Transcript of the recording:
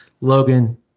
logan